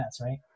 right